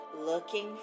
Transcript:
looking